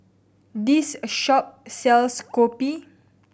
this shop sells kopi